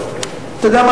ונדחה,